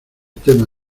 tema